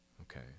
Okay